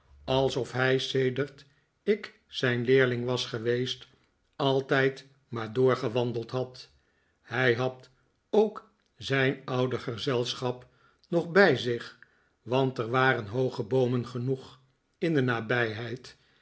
alsof hij sedert ik zijn leerling was geweest altijd maar doorgewandeld had hij had ook zijn oude gezelschap nog bij zich want er waren hooge boomen genoeg in de nabijheid